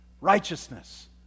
Righteousness